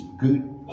good